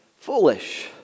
Foolish